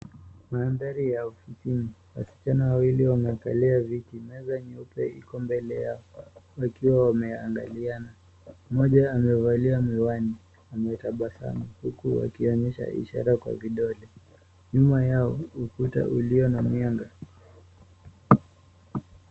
Mandhari ya ofisini, wasichana wawili wamekalia viti, meza nyeupe iko mbele yao wakiwa wameagaliana, mmoja amevalia miwani ametabasamu huku akionyesha ishara kwa vidole. Nyuma yao, ukuta ulio na mianga.